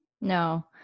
No